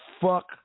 fuck